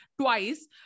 twice